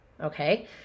Okay